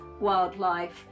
wildlife